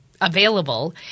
available